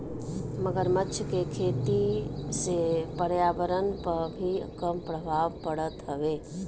मगरमच्छ के खेती से पर्यावरण पअ भी कम प्रभाव पड़त हवे